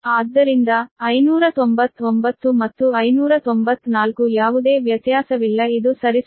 ಆದ್ದರಿಂದ 599 ಮತ್ತು 594 ಯಾವುದೇ ವ್ಯತ್ಯಾಸವಿಲ್ಲ ಇದು ಸರಿಸುಮಾರು 12